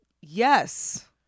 Yes